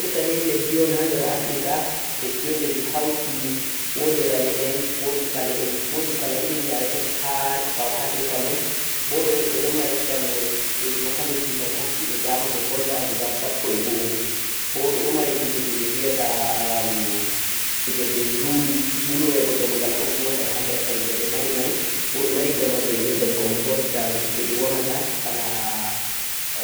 South Africa ni leddi on ha nder Africa hauti wo'di rane en wo'di ba'le en wo'di kala irin yare toi haa South Africa mai, bo ɓe ɗo mari ɗemle je doka leddi hokki be daama ɓe volda guda sappo e go-o, bo be ɗo mari fijirle be via ta am fijirde Zulu, Zulu Mai bo ɗemgal on gotal ha nder ɗemle ɓe mari mai. Bo ɓe mari gamarle be via ta ngombod dance je be wama ta kala